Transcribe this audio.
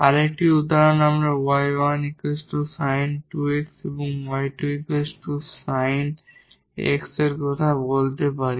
আরেকটি উদাহরণ আমরা 𝑦1 sin 2𝑥 𝑦2 sin x এর কথা বলতে পারি